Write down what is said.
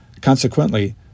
Consequently